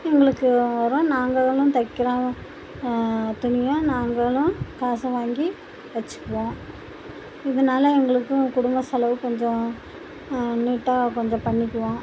எங்களுக்கு வரும் நாங்களும் தைக்கிற துணிய நாங்களும் காசை வாங்கி வச்சுக்குவோம் இதனால எங்களுக்கும் குடும்ப செலவு கொஞ்சம் நீட்டாக கொஞ்சம் பண்ணிக்குவோம்